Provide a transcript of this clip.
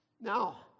Now